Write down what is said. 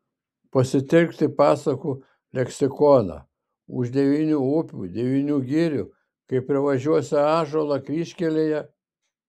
pasitelkti pasakų leksikoną už devynių upių devynių girių kai privažiuosi ąžuolą kryžkelėje